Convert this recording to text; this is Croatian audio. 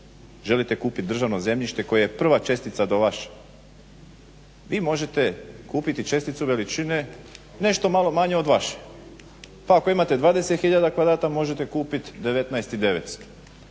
želite kupiti državno zemljište koje je prva čestica do vas, vi možete kupiti česticu veličine nešto malo manje od vaše. Pa ako imate 20 hiljada kvadrata, možete kupit 19,900,